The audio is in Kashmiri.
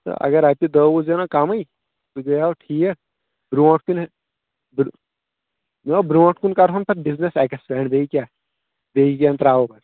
تہٕ اگر رۄپیہِ دہ وُہ زینو کمٕے سُہ گٔیاو ٹھیٖک بروٗنٛٹھ کُن مےٚ دوٚپ برونٛٹھ کُن کرٕہون پتہٕ بِزنٮ۪س ایٚکٕسپینڈ بیٚیہِ کیٛاہ بیٚیہِ کیٚنٛہہ ترٛاوو